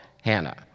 Hannah